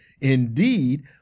indeed